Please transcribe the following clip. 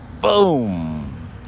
Boom